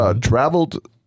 traveled